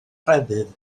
crefydd